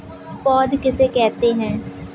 पौध किसे कहते हैं?